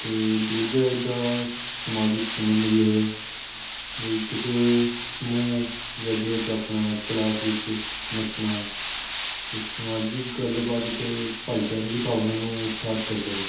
ਅਤੇ ਦੂਜਾ ਇਹਦਾਂ ਸਮਾਜਿਕ ਸਬੰਧ ਵੀ ਹੈਗਾ ਵੀ ਕਿਸੇ ਸਮੂਹ ਜਾਂ ਜਿਵੇਂ ਕਿ ਆਪਣਾ ਕਲਾਸ ਵਿੱਚ ਨੱਚਣਾ ਅਤੇ ਸਮਾਜਿਕ ਗੱਲਬਾਤ ਅਤੇ ਭਾਈਚਾਰੇ ਦੀ ਭਾਵਨਾ ਨੂੰ ਉਤਸ਼ਾਹਿਤ ਕਰਦਾ